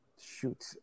Shoot